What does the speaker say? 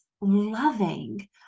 loving